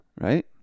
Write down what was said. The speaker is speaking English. Right